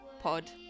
Pod